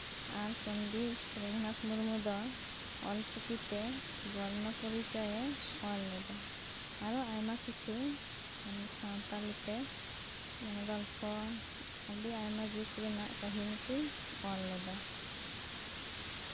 ᱟᱨ ᱯᱚᱱᱰᱤᱛ ᱨᱚᱜᱷᱩᱱᱟᱛᱷ ᱢᱩᱨᱢᱩ ᱫᱚ ᱚᱞᱪᱤᱠᱤᱛᱮ ᱵᱚᱨᱱᱚ ᱯᱚᱨᱤᱪᱚᱭᱮ ᱚᱞ ᱞᱮᱫᱟ ᱟᱨᱚ ᱟᱭᱢᱟ ᱠᱤᱪᱷᱩ ᱥᱟᱱᱛᱟᱞᱤᱛᱮ ᱜᱚᱞᱯᱚ ᱟᱹᱰᱤ ᱟᱭᱢᱟ ᱡᱩᱜ ᱨᱮᱭᱟᱜ ᱠᱟᱦᱟᱱᱤ ᱠᱚᱭ ᱚᱞ ᱞᱮᱫᱟ